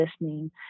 listening